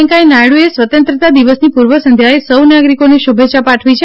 વેંકૈયા નાયડુએ સ્વતંત્રતા દિવસની પૂર્વસંધ્યાએ સૌ નાગરિકોને શુભેચ્છાઓ પાઠવી છે